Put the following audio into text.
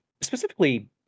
specifically